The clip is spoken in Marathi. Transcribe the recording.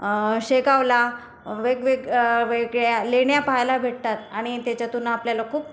शेगावला वेगवेग वेगळ्या लेण्या पहायला भेटतात आणि त्याच्यातून आपल्याला खूप